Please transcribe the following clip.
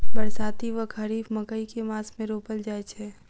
बरसाती वा खरीफ मकई केँ मास मे रोपल जाय छैय?